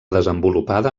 desenvolupada